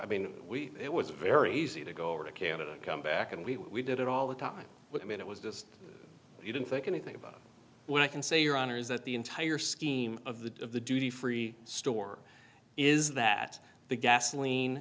i mean we it was very easy to go over to canada and come back and we did it all the time but i mean it was just you didn't think anything about what i can say your honor is that the entire scheme of the of the duty free store is that the gasoline